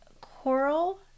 coral